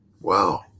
wow